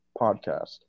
podcast